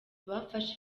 bafashe